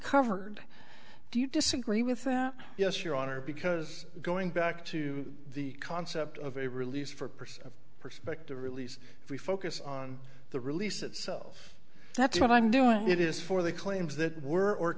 covered do you disagree with that yes your honor because going back to the concept of a release for person perspective release if we focus on the release itself that's what i'm doing it is for the claims that were or